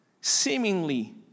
seemingly